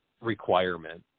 requirement